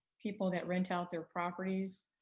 people that rent out their properties?